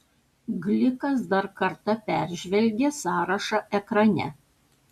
glikas dar kartą peržvelgė sąrašą ekrane